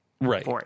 Right